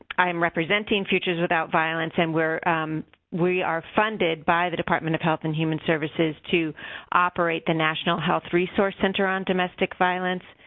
i'm representing futures without violence and we're we are funded by the department of health and human services to operate the national health resource center on domestic violence.